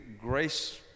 grace